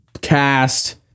Cast